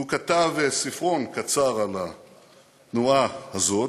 הוא כתב ספרון קצר על התנועה הזאת,